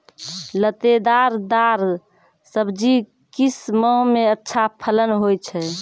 लतेदार दार सब्जी किस माह मे अच्छा फलन होय छै?